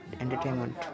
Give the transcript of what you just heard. entertainment